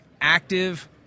active